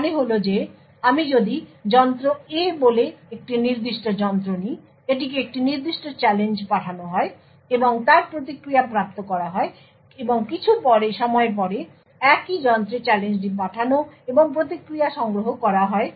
এর মানে হল যে আমি যদি যন্ত্র A বলে একটি নির্দিষ্ট যন্ত্র নিই এটিকে একটি নির্দিষ্ট চ্যালেঞ্জ পাঠান হয় এবং তার প্রতিক্রিয়া প্রাপ্ত করা হয় এবং কিছু সময় পরে একই যন্ত্রে চ্যালেঞ্জটি পাঠান এবং প্রতিক্রিয়া সংগ্রহ করা হয়